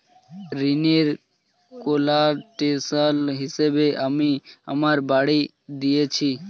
ঋনের কোল্যাটেরাল হিসেবে আমি আমার বাড়ি দিয়েছি